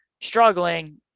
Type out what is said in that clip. struggling